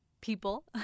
people